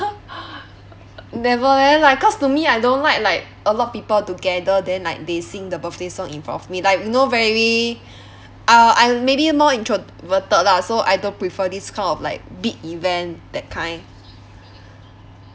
never leh like cause to me I don't like like a lot of people together then like they sing the birthday song in front of me like you know very uh I maybe more introverted lah so I don't prefer this kind of like big event that kind